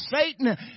Satan